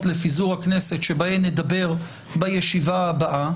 לפיזור הכנסת שבהן נדבר בישיבה הבאה.